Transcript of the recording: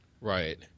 Right